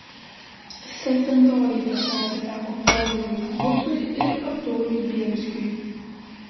septintoji vieta atiteko povilui klusui ir artūrui bielskiui